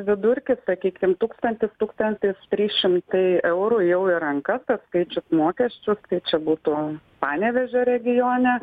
vidurkis sakykim tūkstantis tūkstantis trys šimtai eurų jau į rankas atskaičius mokesčius tai čia būtų panevėžio regione